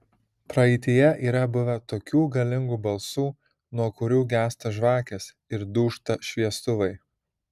praeityje yra buvę tokių galingų balsų nuo kurių gęsta žvakės ir dūžta šviestuvai